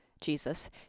Jesus